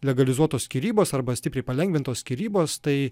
legalizuotos skyrybos arba stipriai palengvintos skyrybos tai